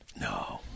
No